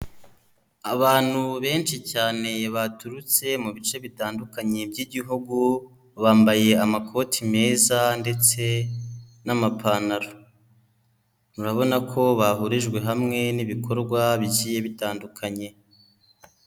Abantu benshi cyane baturutse mu bice bitandukanye by'igihugu bambaye amakoti meza ndetse n'amapantaro. Murabona ko bahurijwe hamwe n'ibikorwa bigiye bitandukanye.